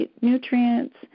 nutrients